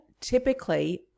typically